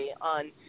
on